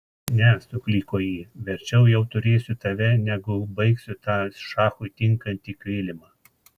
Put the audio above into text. ne sukliko ji verčiau jau turėsiu tave negu baigsiu tą šachui tinkantį kilimą